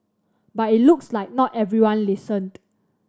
but it looks like not everyone listened